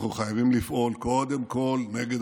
אנחנו חייבים לפעול קודם כול נגד